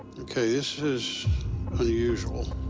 okay, this is unusual.